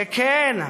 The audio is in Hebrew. כן,